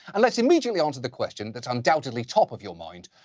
and let's immediately answer the question that's undoubtably top of your mind,